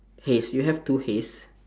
hays you have two hays